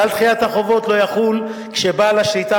כלל דחיית החובות לא יחול כשבעל השליטה